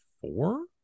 four